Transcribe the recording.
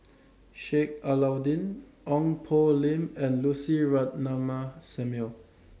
Sheik Alau'ddin Ong Poh Lim and Lucy Ratnammah Samuel